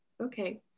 okay